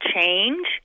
change